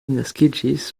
naskiĝis